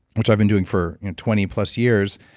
which i've been doing for twenty plus years.